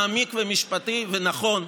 מעמיק ומשפטי ונכון,